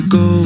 go